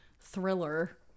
thriller